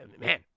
Man